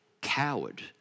coward